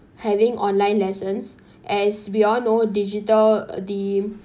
having online lessons as we all know digital d~